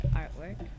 artwork